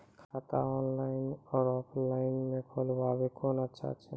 खाता ऑनलाइन और ऑफलाइन म खोलवाय कुन अच्छा छै?